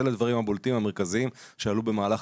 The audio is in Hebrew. אלה הדברים הבולטים המרכזיים שעלו במהלך